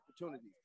opportunities